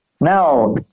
Now